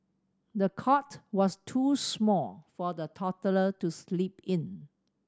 the cot was too small for the toddler to sleep in